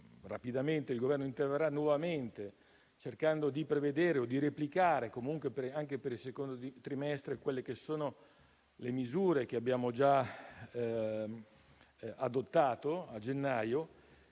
rapidamente, il Governo interverrà di nuovo cercando di prevedere o di replicare anche per il secondo trimestre le misure che abbiamo già adottato a gennaio.